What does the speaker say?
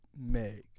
Meg